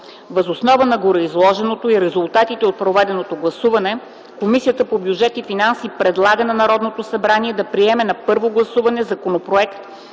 Въз основа на гореизложеното и резултатите от проведеното гласуване Комисията по бюджет и финанси предлага на Народното събрание да приеме на първо гласуване Законопроект